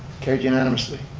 carried unanimously.